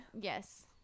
yes